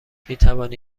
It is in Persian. میتوانی